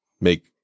make